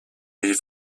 pays